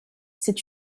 c’est